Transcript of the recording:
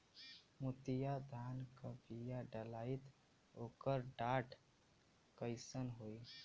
मोतिया धान क बिया डलाईत ओकर डाठ कइसन होइ?